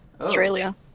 Australia